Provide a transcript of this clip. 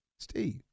Steve